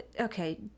okay